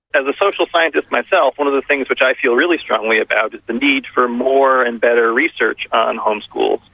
as a social scientist myself, one of the things which i feel really strongly about is the need for more and better research on home schools,